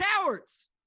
cowards